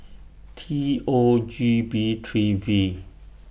T O G B three V